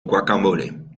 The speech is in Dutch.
guacamole